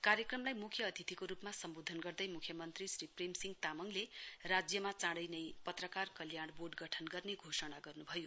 कार्यक्रमलाई मुख्य अतिथिको रूपमा सम्बोधन गर्दै मुख्यमन्त्री श्री प्रेमसिंह तामङले राज्यमा चाँडै नै पत्रकार कल्याण बोर्ड गठन गर्ने घोषणा गर्न्भयो